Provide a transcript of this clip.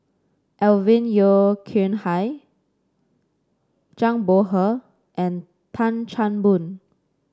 Alvin Yeo Khirn Hai Zhang Bohe and Tan Chan Boon